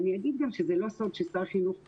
ואני אגיד גם, שזה לא סוד, ששר החינוך הקודם,